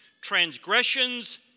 Transgressions